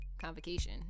Convocation